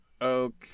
Okay